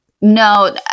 No –